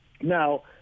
Now